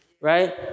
right